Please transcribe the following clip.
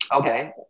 Okay